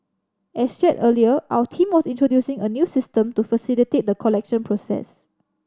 as shared earlier our team was introducing a new system to facilitate the collection process